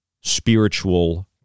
spiritual